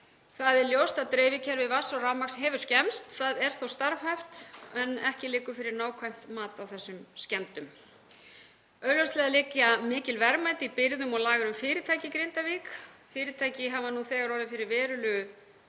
Það er ljóst að dreifikerfi vatns og rafmagns hefur skemmst. Það er þó starfhæft en ekki liggur fyrir nákvæmt mat á þessum skemmdum. Augljóslega liggja mikil verðmæti í birgðum og lagerum fyrirtækja í Grindavík. Fyrirtæki hafa nú þegar orðið fyrir verulegu